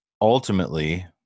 ultimately